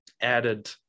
added